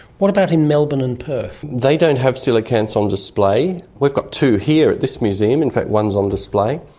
what about in melbourne and perth? they don't have coelacanths on display. we've got two here at this museum, in fact one is on display.